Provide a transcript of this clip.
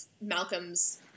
Malcolm's